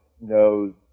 knows